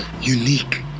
unique